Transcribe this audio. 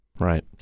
Right